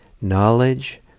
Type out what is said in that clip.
knowledge